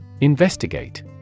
investigate